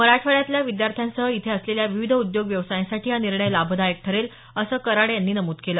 मराठवाड्यातल्या विद्यार्थ्यांसह इथे असलेल्या विविध उद्योग व्यवसायांसाठी हा निर्णय लाभदायक ठरेल असं कराड यांनी नमूद केलं